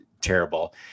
terrible